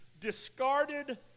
discarded